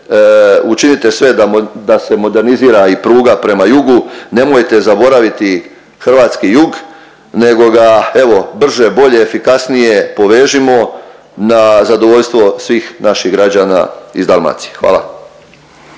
učinite sve da se modernizira i pruga prema jugu, nemojte zaboraviti hrvatski jug nego ga evo brže, bolje, efikasnije povežimo na zadovoljstvo svih naših građana iz Dalmacije. Hvala.